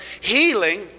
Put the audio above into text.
healing